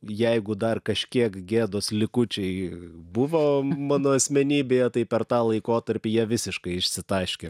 jeigu dar kažkiek gėdos likučiai buvo mano asmenybėje tai per tą laikotarpį jie visiškai išsitaškė